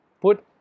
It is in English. put